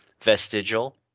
vestigial